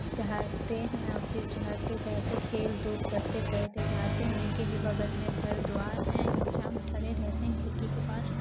چڑھتے ہیں اور پھر چڑھتے چڑھتے کھیل دوپ کرتے کرتے جاتے ہیں ان کے ہی بغل میں گھردوار ہیں انسان کھڑے رہتے ہیں کھڑکی کے پاس